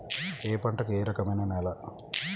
ఏ పంటకు ఏ రకమైన నేల?